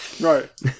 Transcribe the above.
Right